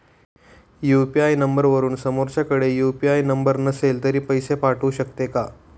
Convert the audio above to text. UPI नंबरवरून समोरच्याकडे UPI number नसेल तरी पैसे पाठवू शकते का?